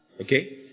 Okay